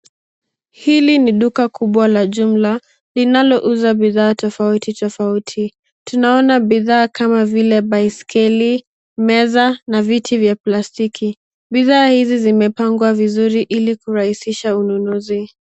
Hili ni duka kubwa la jumla inalouza bidhaa tofauti tofauti. Tunaona bidhaa kama vile baiskeli, meza na viti vya plastiki. Bidhaa hizi zimepangwa vizuri ili kurahisisha ununuzi.